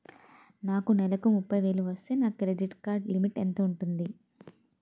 నాకు నెలకు ముప్పై వేలు వస్తే నా క్రెడిట్ కార్డ్ లిమిట్ ఎంత ఉంటాది?